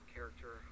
character